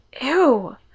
ew